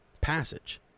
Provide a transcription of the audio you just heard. passage